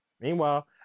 meanwhile